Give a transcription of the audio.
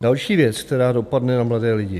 Další věc, která dopadne na mladé lidi.